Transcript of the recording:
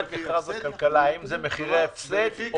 זה בדיקה חיצונית שמשרד הכלכלה פנה לרשות התחרות.